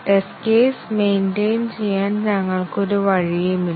test case maintain ചെയ്യാൻ ഞങ്ങൾക്ക് ഒരു വഴിയുമില്ല